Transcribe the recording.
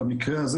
במקרה הזה,